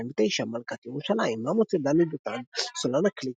2009 - מלכת ירושלים - מה מוצא דני דותן סולן הקליק